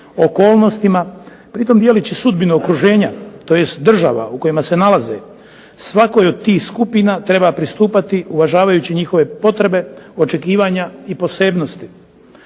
okolnostima pri tome dijeleći sudbinu okruženja, tj. država u kojoj se nalaze, svakoj od tih skupina treba pristupati uvažavajući njihove potrebe, očekivanja i posebnosti.